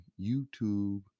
YouTube